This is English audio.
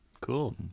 cool